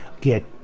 get